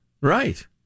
right